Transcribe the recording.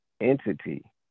entity